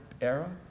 era